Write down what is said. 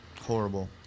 Horrible